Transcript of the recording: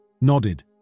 nodded